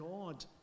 God